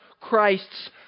Christ's